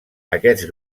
aquest